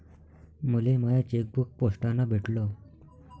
मले माय चेकबुक पोस्टानं भेटल